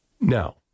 Now